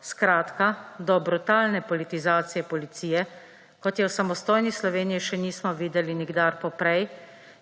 skratka do brutalne politizacije policije, kot je v samostojni Sloveniji še nismo videli nikdar poprej,